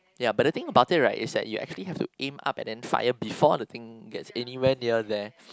ya but the thing about it right is that you actually have to aim up and then fire before the thing gets anywhere near there